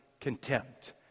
contempt